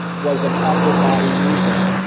was an upper body mover,